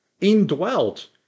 indwelt